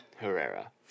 Herrera